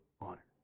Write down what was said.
honor